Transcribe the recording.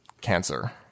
cancer